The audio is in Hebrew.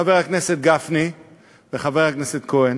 חבר הכנסת גפני וחבר הכנסת כהן,